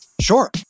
Sure